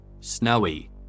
Snowy